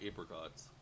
apricots